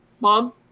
Mom